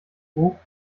hoch